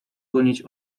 gonić